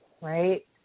right